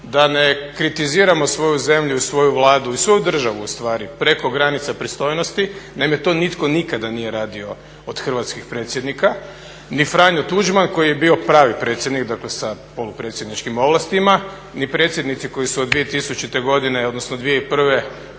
da ne kritiziramo svoju zemlju i svoju Vladu i svoju državu ustvari preko granica pristojnosti. Naime, to nitko nikada nije radio od hrvatskih predsjednika ni Franjo Tuđman koji je bio pravi predsjednik dakle sa polupredsjedničkim ovlastima ni predsjednici koji su od 2000.godine odnosno 2001.više